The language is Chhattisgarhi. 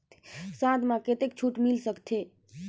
साथ म कतेक छूट मिल सकथे?